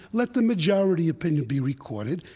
let the majority opinion be recorded,